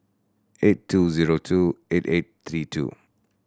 eight two zero two eight eight three two